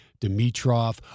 Dimitrov